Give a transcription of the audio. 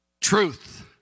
truth